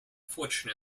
fortune